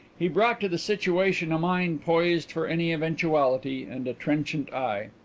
he brought to the situation a mind poised for any eventuality and a trenchant eye.